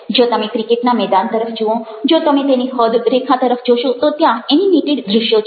જો તમે ક્રિકેટના મેદાન તરફ જુઓ જો તમે તેની હદ રેખા તરફ જોશો તો ત્યાં એનિમેઇટેડ દ્રશ્યો છે